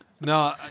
No